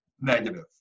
negative